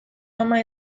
ama